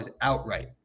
outright